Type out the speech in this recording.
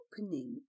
opening